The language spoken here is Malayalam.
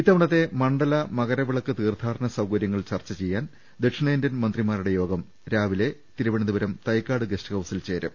ഇത്തവണത്തെ മണ്ഡല മകരവിളക്ക് തീർത്ഥാടനസൌകര്യ ങ്ങൾ ചർച്ച ചെയ്യാൻ ദക്ഷിണേന്ത്യൻ മന്ത്രിമാരുടെ യോഗം ഇന്ന് രാവിലെ തിരുവനന്തപുരം തൈക്കാട് ഗസ്റ്റ് ഹൌസിൽ ചേരും